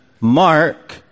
mark